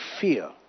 fear